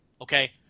Okay